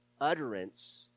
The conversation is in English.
utterance